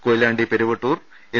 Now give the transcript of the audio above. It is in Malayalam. കൊയി ലാണ്ടി പെരുവട്ടൂർ എൽ